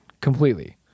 Completely